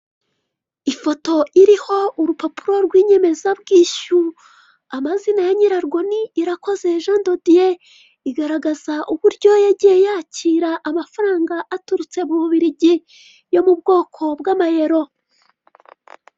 Ifoto iriho urupapuro rw'inyemezabwishyu, amazina ya nyirarwo ni Irakoze Jandodiye, igaragaza uburyo yagiye yakira amafaranga aturutse mu bubirigi, yo mu bwoko bw'amayero.